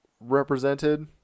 represented